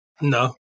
No